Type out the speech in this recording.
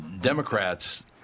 Democrats